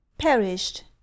Perished